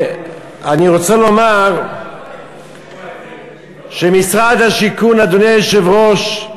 אני רוצה לומר שמשרד השיכון, אדוני היושב-ראש,